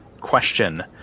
question